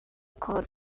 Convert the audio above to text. called